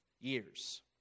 years